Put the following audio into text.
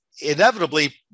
inevitably